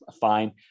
fine